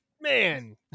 man